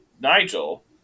Nigel